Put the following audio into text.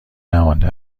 نمانده